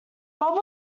bob